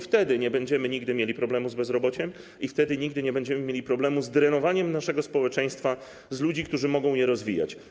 Wtedy nigdy nie będziemy mieli problemu z bezrobociem i wtedy nigdy nie będziemy mieli problemu z drenowaniem naszego społeczeństwa z ludzi, którzy mogą je rozwijać.